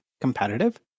competitive